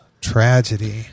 tragedy